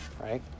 right